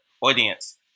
audience